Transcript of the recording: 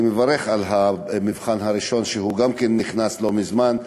אני מברך על המבחן הראשון שגם כן נכנס לא מזמן,